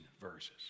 verses